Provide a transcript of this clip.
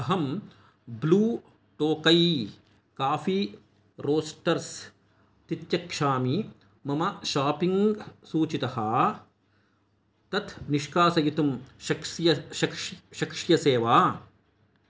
अहं Blue Tokai coffee roasters तित्यक्षामि मम शाप्पिङ्ग् सूचीतः तत् निष्कासयितुं शक्यते वा